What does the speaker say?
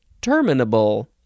terminable